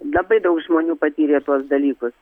labai daug žmonių patyrė tuos dalykus